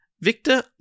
Victor